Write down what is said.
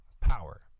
power